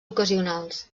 ocasionals